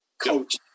coach